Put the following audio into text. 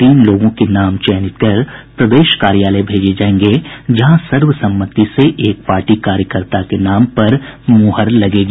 तीन लोगों के नाम चयनित कर प्रदेश कार्यालय भेजे जायेंगे जहां सर्वसम्मति से एक पार्टी कार्यकर्ता के नाम पर मुहर लगेगी